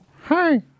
Hi